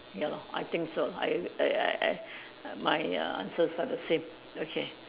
ya lor I think so I I I I my uh answers are the same okay